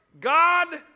God